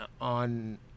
on